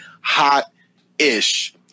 hot-ish